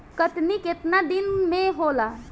कटनी केतना दिन मे होला?